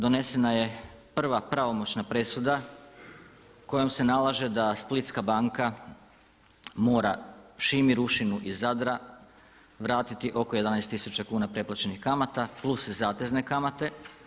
Donesena je prva pravomoćna presuda kojom se nalaže da Splitska banka mora Šimi Rušinu iz Zadra vratiti oko 11 tisuća kuna preplaćenih kamata plus zatezne kamate.